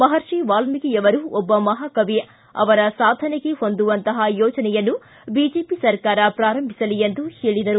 ಮಹರ್ಷಿ ವಾಲ್ಮೀಕಿಯವರು ಒಬ್ಬ ಮಹಾಕವಿ ಅವರ ಸಾಧನೆಗೆ ಹೊಂದುವಂತಹ ಯೋಜನೆಯನ್ನು ಬಿಜೆಪಿ ಸರ್ಕಾರ ಪ್ರಾರಂಭಿಸಲಿ ಎಂದು ಹೇಳಿದರು